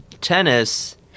tennis